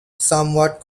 somewhat